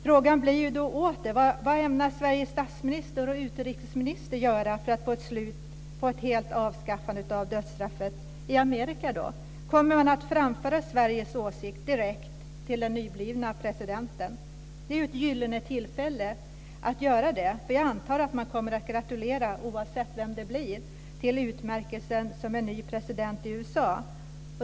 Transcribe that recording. Frågan blir åter: Vad ämnar Sveriges statsminister och utrikesminister göra för att få ett avskaffande av dödsstraffet i Amerika? Kommer man att framföra Sveriges åsikt direkt till den nyblivna presidenten? Det är ju ett gyllene tillfälle att göra det, eftersom jag antar att man kommer att gratulera till utmärkelsen, oavsett vem som blir ny president i USA.